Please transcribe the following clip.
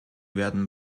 werden